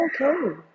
okay